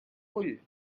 vull